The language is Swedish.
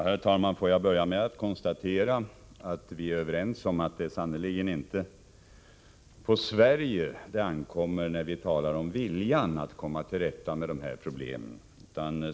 Herr talman! Får jag inledningsvis konstatera att vi är överens om att det sannerligen inte är på Sverige det ankommer när vi talar om viljan att lösa problemen.